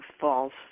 false